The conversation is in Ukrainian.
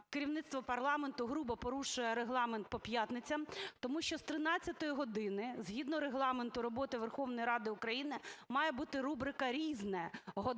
керівництво парламенту грубо порушує Регламент по п'ятницях, тому що з 13 години, згідно Регламенту роботи Верховної Ради України, має бути рубрика "Різне" – година